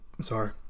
Sorry